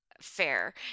fair